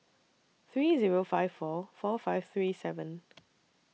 three Zero five four four five three seven